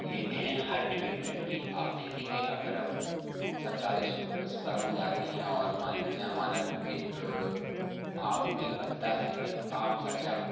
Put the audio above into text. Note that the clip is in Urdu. لیتے ہیں ہر ٹریٹمنٹ کی آپ دیکھیں گے اگر ہم سرکاری اسپتال میں جاتے ہیں اور مان لیجیے ہمارا ایک عام بل بنتا ہے ایک عام خرچہ